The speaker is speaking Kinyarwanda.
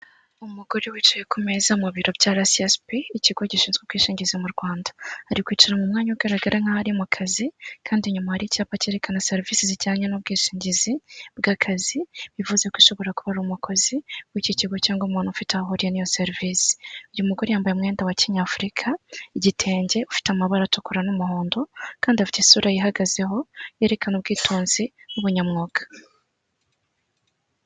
Umugore wicaye ku meza mu biro bya araesiesibi ikigo gishinzwe ubwishingizi mu Rwanda. Ari kwicara mu mwanya ugaragara nk'aho ari mu kazi, kandi nyuma hari icyapa cyerekana serivisi zijyanye n'ubwishingizi bw'akazi, bivuze ko ishobora kubara umukozi w'iki kigo cyangwa umuntu ufite aho ahuriye n'iyo serivisi. Uyu mugore yambaye umwenda wa kinyafurika, igitenge ufite amabara atukura n'umuhondo kandi afite isura yihagazeho yerekana ubwitonzi n'ubunyamwuga.